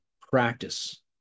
practice